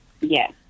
Yes